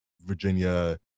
Virginia